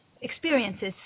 experiences